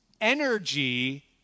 energy